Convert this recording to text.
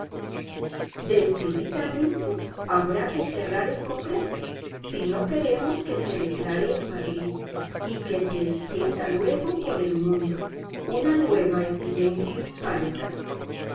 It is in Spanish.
decididamente habrá que cerrar el congreso si no queremos que se declare en madrid y que se extienda luego por el mundo una nueva epidemia hispánica